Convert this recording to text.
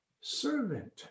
servant